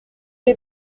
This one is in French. est